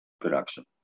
production